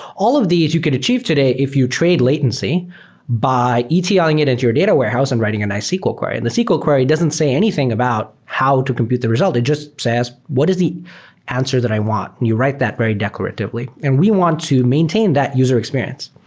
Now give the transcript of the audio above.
all of these you could achieve today if you trade latency by etl-ing it into your data warehouse and writing a nice sql query. and the sql query doesn't say anything about how to compute the result. it just says what is the answer that i want? you write that very declaratively. and we want to maintain that user experience.